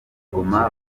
goma